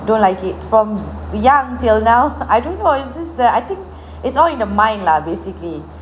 don't like it from young till now I don't know it's just the I think it's all in the mind lah basically